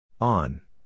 On